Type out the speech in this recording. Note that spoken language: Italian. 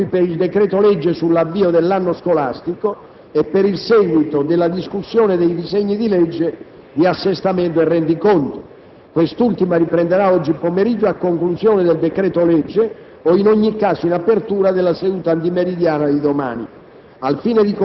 tra i Gruppi per il decreto-legge sull'avvio dell'anno scolastico e per il seguito della discussione dei disegni di legge di assestamento e rendiconto. Quest'ultima riprenderà oggi pomeriggio a conclusione del decreto-legge o, in ogni caso, in apertura della seduta antimeridiana di domani.